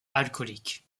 alcoolique